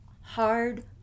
hard